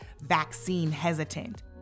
vaccine-hesitant